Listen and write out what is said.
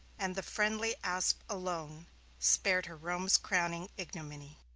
and the friendly asp alone spared her rome's crowning ignominy.